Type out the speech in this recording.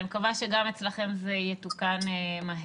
אני מקווה שגם אצלכם זה יתוקן מהר.